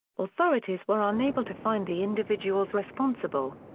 authorities were unable to find the individuals responsible.